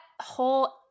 whole